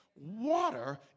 Water